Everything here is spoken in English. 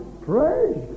Praise